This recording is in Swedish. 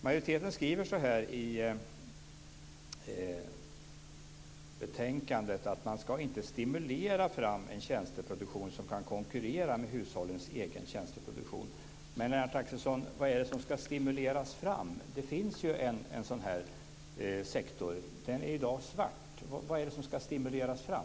Majoriteten skriver i betänkandet att man inte ska stimulera fram en tjänsteproduktion som kan konkurrera med hushållens egen tjänsteproduktion. Men vad är det som ska stimuleras fram, Lennart Axelsson? Det finns ju en sådan här sektor, och den är i dag svart. Vad är det som ska stimuleras fram?